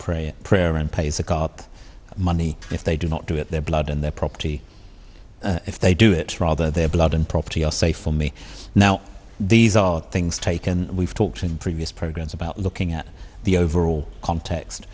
prayer prayer and pays a cop money if they do not do it their blood and their property if they do it rather their blood and property are safe for me now these are things taken we've talked in previous programs about looking at the overall context